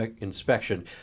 inspection